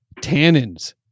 tannins